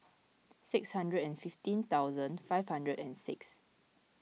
six hundred and fifteen thousand five hundred and six